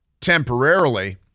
temporarily